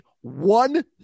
one